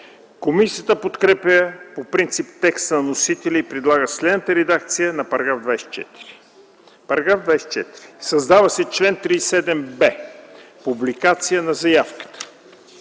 Комисията подкрепя по принцип текста на вносителя и предлага следната редакция на § 24: „§ 24. Създава се чл. 37б: „Публикация на заявката